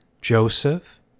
Joseph